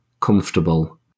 comfortable